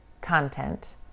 content